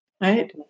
right